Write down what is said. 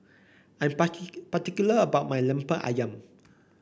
I'm particular about my lemper ayam